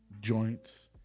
joints